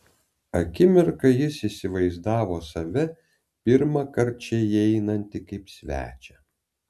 akimirką jis įsivaizdavo save pirmąkart čia įeinantį kaip svečią